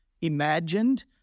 imagined